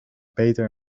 peter